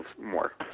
more